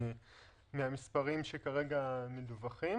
נמוכים